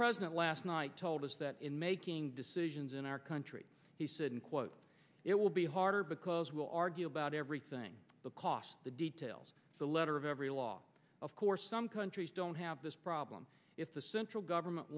president last night told us that in making decisions in our country he said quote it will be harder because we will argue about everything the cost the details so letter of every law of course some countries don't have this problem if the central government